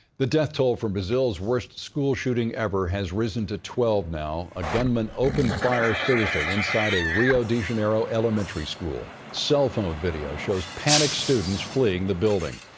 the death toll from brazil's worst school shooting ever has risen to twelve now. a gunman opened fire thursday inside a rio de janeiro elementary school. cell phone video shows panicked students fleeing the building.